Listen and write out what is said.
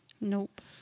Nope